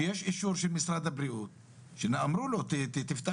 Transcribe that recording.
שיש אישור של משרד הבריאות שאמרו לו תפתח